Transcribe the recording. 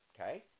okay